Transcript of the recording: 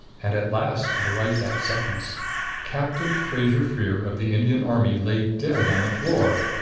and at last i write that sentence captain fraser-freer of the indian army lay dead on the floor,